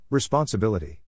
Responsibility